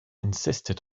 insisted